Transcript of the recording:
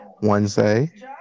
Wednesday